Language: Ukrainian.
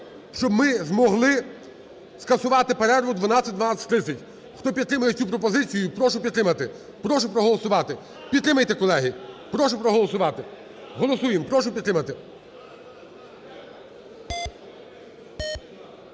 щоб ми змогли скасувати перерву 12:00-12:30. Хто підтримує цю пропозицію, прошу підтримати, прошу проголосувати. Підтримайте, колеги. Прошу проголосувати. Голосуємо. Прошу підтримати.